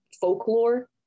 folklore